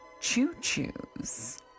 Choo-choo's